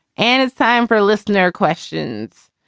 and it's time for listener questions.